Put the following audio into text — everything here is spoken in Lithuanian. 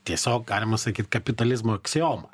tiesiog galima sakyt kapitalizmo aksioma